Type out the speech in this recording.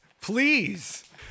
Please